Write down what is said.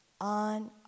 On